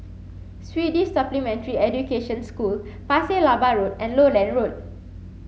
Swedish Supplementary Education School Pasir Laba Road and Lowland Road